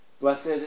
Blessed